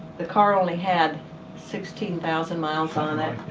the car only had sixteen thousand miles on it.